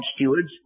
stewards